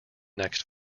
next